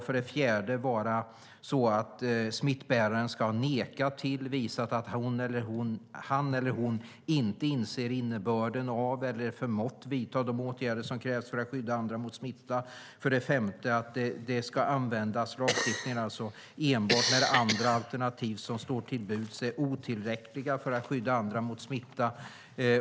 För det fjärde ska smittbäraren visa att han eller hon inte inser innebörden av eller förmår vidta de åtgärder som krävs för att skydda andra mot smitta. För det femte ska lagstiftningen användas enbart när andra alternativ som står till buds är otillräckliga för att skydda andra mot smitta.